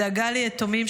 הדאגה ליתומים,